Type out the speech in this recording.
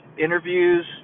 interviews